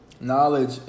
Knowledge